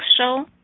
show